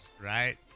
right